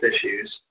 issues